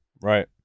Right